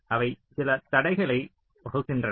அவை சில தடைகளை வகுக்கின்றன